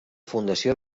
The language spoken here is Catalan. fundació